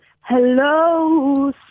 Hello